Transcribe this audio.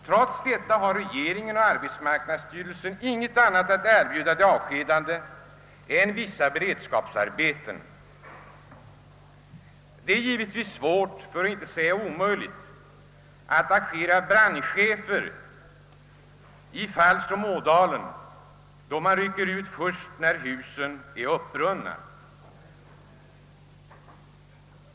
Trots detta har regeringen och arbetsmarknadsstyrelsen inget annat att erbjuda de avskedade än vissa beredskapsarbeten, Det är givetvis svårt, för att inte säga omöjligt, att agera brandchef i ett fall som Ådalen, då man rycker ut först sedan husen är nedbrunna!